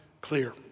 clear